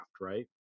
right